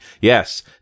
Yes